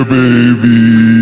baby